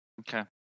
Okay